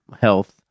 health